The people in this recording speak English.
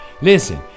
Listen